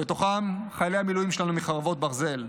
בתוכם חיילי המילואים שלנו מחרבות ברזל,